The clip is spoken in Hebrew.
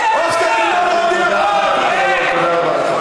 תודה רבה.